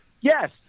yes